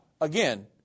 again